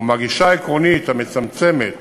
ומהגישה העקרונית המצמצמת